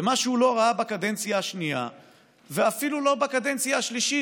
ומה שהוא לא ראה בקדנציה השנייה ואפילו לא בקדנציה השלישית,